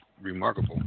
remarkable